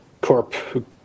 corp